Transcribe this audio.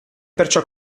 perciò